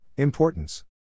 Importance